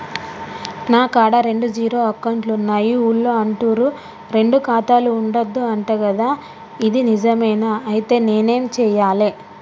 నా కాడా రెండు జీరో అకౌంట్లున్నాయి ఊళ్ళో అంటుర్రు రెండు ఖాతాలు ఉండద్దు అంట గదా ఇది నిజమేనా? ఐతే నేనేం చేయాలే?